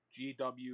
GW